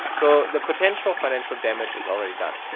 so the potential financial damage is already done.